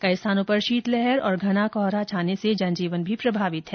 कई स्थानों पर शीतलहर और घना कोहरा छाने से जन जीवन भी प्रभावित है